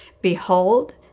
Behold